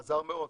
זה עזר מאוד,